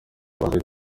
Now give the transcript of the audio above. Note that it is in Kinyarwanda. abantu